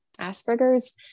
Asperger's